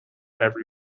every